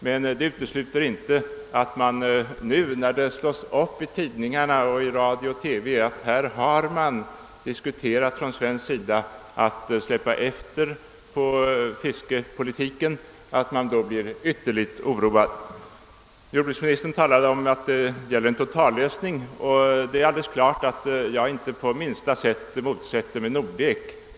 Men det utesluter inte att man blir ytterligt oroad, när det nu slås upp i tidningarna och i radio och TV att det från svensk sida förts diskussioner om att det skulle släppas efter på fiskepolitiken. Jordbruksministern sade att det gäller en totallösning, och det är klart att jag inte på minsta sätt motsätter mig Nordekplanen.